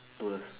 don't have